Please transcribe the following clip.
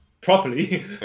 properly